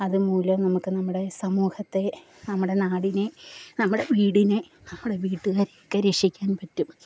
അതു മൂലം നമുക്ക് നമ്മുടെ സമൂഹത്തെ നമ്മുടെ നാടിനെ നമ്മുടെ വീടിനെ നമ്മുടെ വീട്ടുകാരെയൊക്കെ രക്ഷിക്കാൻ പറ്റും